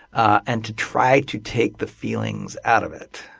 ah and to try to take the feelings out of it